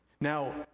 Now